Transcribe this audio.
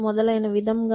మొదలైన విధంగా